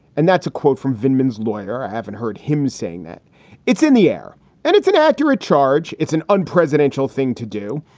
and that's a quote from vinton's lawyer. i haven't heard him saying that it's in the air and it's an accurate charge. it's an unpresidential thing to do.